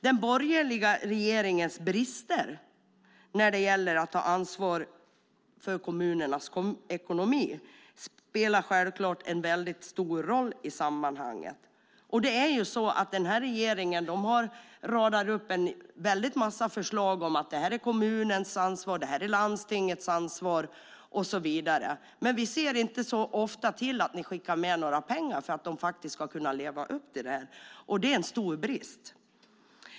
Den borgerliga regeringens brister när det gäller att ta ansvar för kommunernas ekonomi spelar självklart en väldigt stor roll i sammanhanget. Regeringen radar upp en väldig massa förslag om att detta är kommunens ansvar, detta är landstingens ansvar och så vidare, men vi ser inte så ofta att de skickar med några pengar för att kommuner och landsting ska kunna leva upp till detta ansvar. Det är en stor brist.